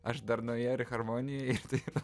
aš darnoje ir harmonijoj ir kitas